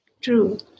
True